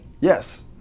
yes